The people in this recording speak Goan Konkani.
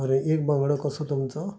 बरें एक बांगडो कसो तुमचो